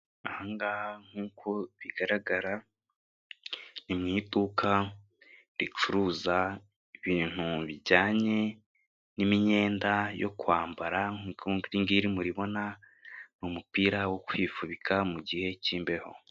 Aha nk'uko bigaragara ni mu iduka ricuruza ibintu bijyanye n'imyenda yo kwambara nk'uko iringiri muribona ni umupira wo kwifubika mu gihe k'imbeho.